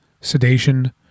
sedation